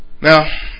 Now